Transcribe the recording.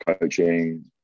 coaching